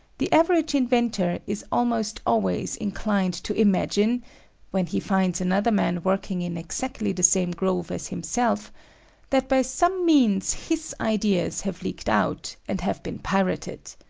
the average inventor is almost always inclined to imagine when he finds another man working in exactly the same groove as himself that by some means his ideas have leaked out, and have been pirated.